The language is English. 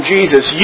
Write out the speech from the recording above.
Jesus